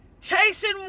chasing